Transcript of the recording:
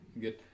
good